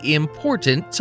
important